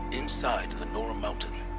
inside the nora mountain